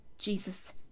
Jesus